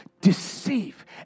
deceive